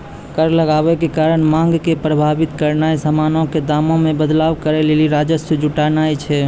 कर लगाबै के कारण मांग के प्रभावित करनाय समानो के दामो मे बदलाव करै लेली राजस्व जुटानाय छै